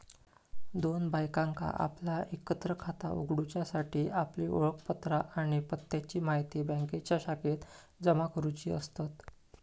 दोन बायकांका आपला एकत्र खाता उघडूच्यासाठी आपली ओळखपत्रा आणि पत्त्याची म्हायती बँकेच्या शाखेत जमा करुची असतत